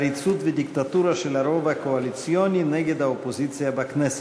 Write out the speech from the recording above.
עריצות ודיקטטורה של הרוב הקואליציוני נגד האופוזיציה בכנסת.